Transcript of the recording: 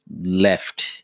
left